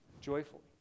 joyfully